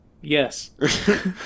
yes